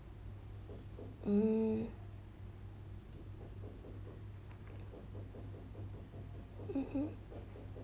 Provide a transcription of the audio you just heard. hmm mmhmm